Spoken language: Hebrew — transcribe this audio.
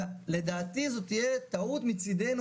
לדעתי זאת תהיה טעות מצדנו,